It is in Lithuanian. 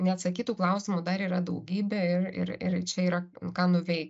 neatsakytų klausimų dar yra daugybė ir ir ir čia yra ką nuveikt